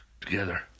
together